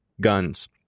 guns